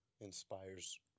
inspires